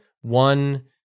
one